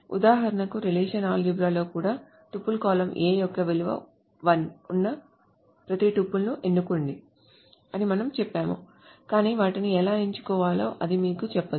ఉదాహరణకు relational algebra లో కూడా టుపుల్ కాలమ్ A యొక్క విలువ 1 ఉన్న ప్రతి టుపుల్ని ఎన్నుకోండి అని మనం చెప్పాము కాని వాటిని ఎలా ఎంచుకోవాలో అది మీకు చెప్పదు